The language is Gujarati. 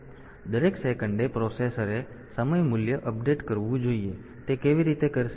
તેથી દરેક સેકન્ડે પ્રોસેસરે સમય મૂલ્ય અપડેટ કરવું જોઈએ અને તે કેવી રીતે કરશે